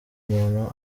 umuntu